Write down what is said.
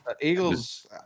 Eagles